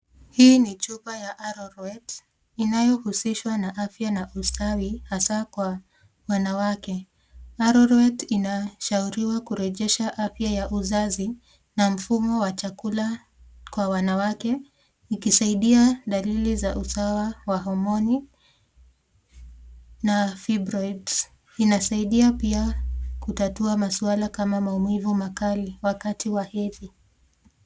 Hii ni chupa ya arorwet inayohusishwa na afya na ustawi hasaa kwa wanawake, arorwet inashauriwa kurejesha afya ya uzazi na mfumo wa chakula kwa wanawake ikisaidia dalili za usawa ya hormoni na fibroids . Inasaidia pia kutatua maswala kama maumivu makali wakati wa hedhi.